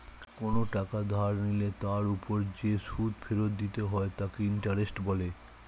কোনো টাকা ধার নিলে তার উপর যে সুদ ফেরত দিতে হয় তাকে ইন্টারেস্ট বলে